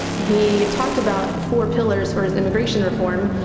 he talked about four pillars for his immigration reform,